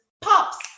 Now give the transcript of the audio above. pops